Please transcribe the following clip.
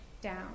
down